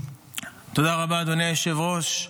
תודה רבה, אדוני היושב-ראש.